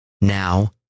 now